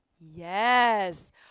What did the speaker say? Yes